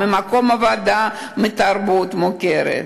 ממקום עבודה ומהתרבות המוכרת.